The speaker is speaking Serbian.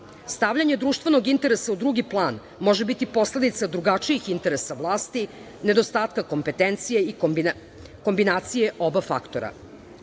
Stavljanje društvenog interesa u drugi plan može biti posledica drugačijih interesa vlasti, nedostatak kompetencije i kombinacije oba faktora.